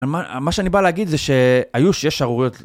מה שאני בא להגיד זה שהיו שש שערוריות